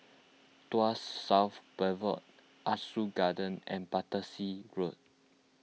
Tuas South Boulevard Ah Soo Garden and Battersea Road